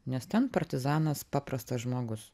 nes ten partizanas paprastas žmogus